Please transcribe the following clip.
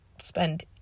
spend